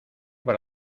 para